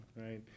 Right